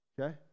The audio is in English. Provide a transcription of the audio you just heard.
Okay